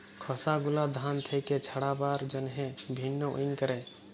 খসা গুলা ধান থেক্যে ছাড়াবার জন্হে ভিন্নউইং ক্যরে